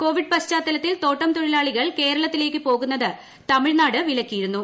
Covid പശ്ചാത്തലത്തിൽ തോട്ടംതൊഴിലാളികൾ കേരളത്തിലേക്ക് പോകുന്നത് തമിഴ്നാട് വിലക്കിയിരുന്നു